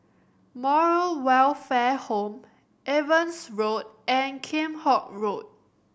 Moral Welfare Home Evans Road and Kheam Hock Road